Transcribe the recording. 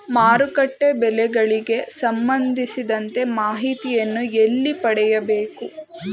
ಮಾರುಕಟ್ಟೆ ಬೆಲೆಗಳಿಗೆ ಸಂಬಂಧಿಸಿದಂತೆ ಮಾಹಿತಿಯನ್ನು ಎಲ್ಲಿ ಪಡೆಯಬೇಕು?